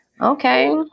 okay